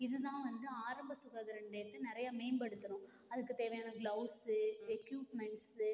இது தான் வந்து ஆரம்ப சுகாதார நிலையத்தில் நிறைய மேம்படுத்தணும் அதுக்கு தேவையான கிளவுஸ்சு எக்யூப்மென்ட்ஸ்சு